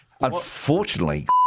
Unfortunately